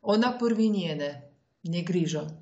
ona purvinienė negrįžo